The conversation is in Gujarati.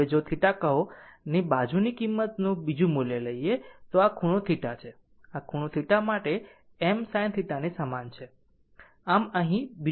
હવે જો θ કહો ની બીજી કિંમતનું બીજું મૂલ્ય લઈએ તો આ ખૂણો θ છે આ ખૂણો θ માટે m sin θ સમાન છે આમ આ રીતે અહીં બીજો મુદ્દો લો